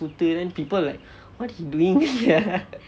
சூத்து:sutthu then people like what he doing sia